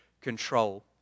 control